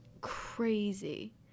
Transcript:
crazy